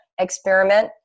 experiment